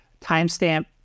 Timestamp